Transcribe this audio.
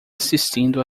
assistindo